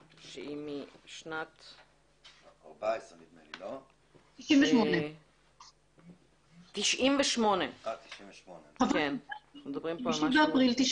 שהיא משנת 98'. 5 באפריל 98'. אנחנו מדברים פה על משהו עתיק.